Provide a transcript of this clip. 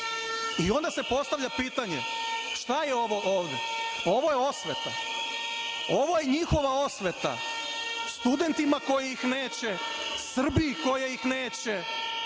Onda se postavlja pitanje šta je ovo ovde? Ovo je osveta. Ovo je njihova osveta studentima koji ih neće, Srbiji koja ih neće,